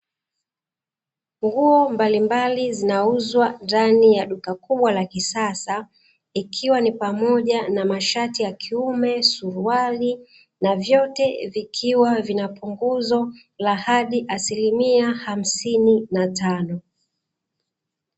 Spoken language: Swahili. Nguo mbalimbali zinauzwa ndani ya duka kubwa la kisasa, ikiwa ni pamoja naa mashati ya kiume, suruali na vyote vikiwa na punguzo hadi la asilimia hamsini na tano.